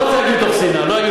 אני לא אגיד מתוך שנאה,